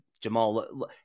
Jamal